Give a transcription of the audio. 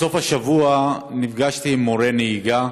בסוף השבוע נפגשתי עם מורי נהיגה,